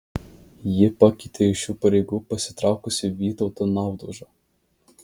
ji pakeitė iš šių pareigų pasitraukusi vytautą naudužą